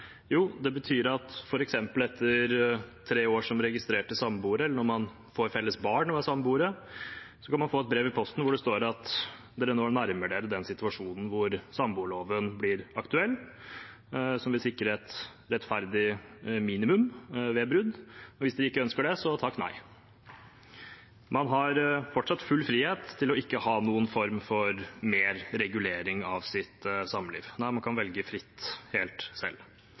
Jo, det betyr at f.eks. etter tre år som registrerte samboere, eller når man får felles barn og er samboere, skal man få et brev i posten, hvor det står at man nærmer seg en situasjon hvor samboerloven, som vil sikre et rettferdig minimum ved brudd, blir aktuell. Hvis man ikke ønsker det, kan man takke nei. Man har fortsatt full frihet til ikke å ha noen form for mer regulering av sitt samliv – man kan velge helt fritt selv.